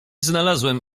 znalazłem